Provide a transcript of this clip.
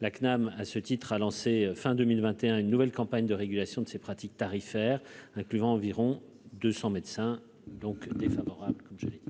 la CNAM à ce titre, a lancé fin 2021, une nouvelle campagne de régulation de ces pratiques tarifaires incluant environ 200 médecins donc défavorable comme j'ai.